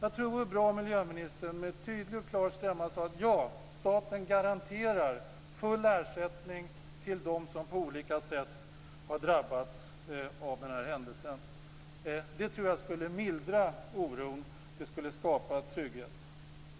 Det vore bra om miljöministern med tydlig och klar stämma sade: Staten garanterar full ersättning till dem som på olika sätt har drabbats av den här händelsen. Det tror jag skulle mildra oron och skapa trygghet.